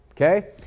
okay